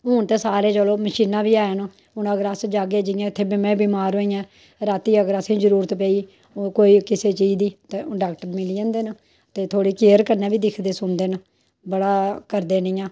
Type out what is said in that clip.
हून ते सारे मशीनां बी हैन हून अगर अस जाह्गे जि'यां में इत्थै बमार होई गेइयां रातीं अगर असें गी जरुरत पेई अगर किसी चिज दी ते डाॅक्टर मिली जंदे न ते थोह्ड़ी केयर कन्नै बी दिखदे सुनदे न बड़ा करदे न इ'यां